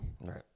right